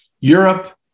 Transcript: Europe